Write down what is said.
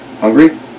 Hungry